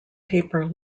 paper